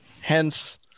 Hence